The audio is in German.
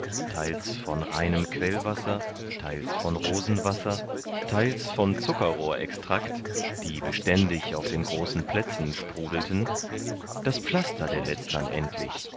theils von reinem quellwasser theils von rosenwasser theils von zuckerrohrextract die beständig auf den großen plätzen sprudelten das pflaster der letztern endlich